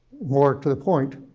more to the point,